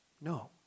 no